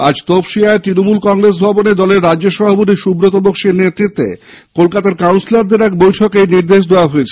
আজ তপসিয়ায় ত়নমূল ভবনে দলের রাজ্য সভাপতি সুৱত বক্সীর নেতৃত্বে কলকাতার কাউন্সিলারদের এক বৈঠকে এই নির্দেশ দেওয়া হয়েছে